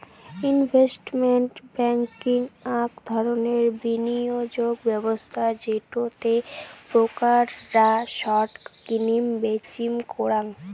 investment banking আক ধরণের বিনিয়োগ ব্যবস্থা যেটো তে ব্রোকার রা স্টক কিনিম বেচিম করাং